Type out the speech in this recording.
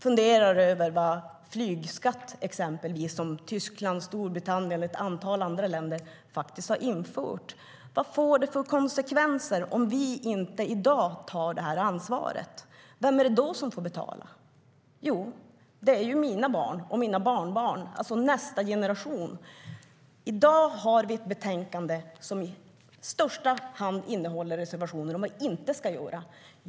Flygskatt har införts av Tyskland, Storbritannien och ett antal andra länder. Vad får det för konsekvenser om vi i dag inte tar detta ansvar? Vem är det då som får betala? Jo, det är mina barn och barnbarn, det vill säga kommande generationer. I dag har vi ett betänkande som i första hand innehåller reservationer om vad man inte ska göra.